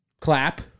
Clap